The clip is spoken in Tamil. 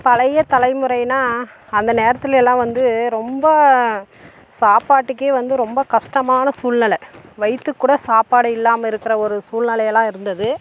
பழைய தலைமுறைன்னா அந்த நேரத்துலலாம் வந்து ரொம்ப சாப்பாட்டுக்கே வந்து ரொம்ப கஷ்டமான சூழ்நில வயித்துக்கு கூட சாப்பாடு இல்லாமல் இருக்கிற ஒரு சூழ்நிலைலாம் இருந்துது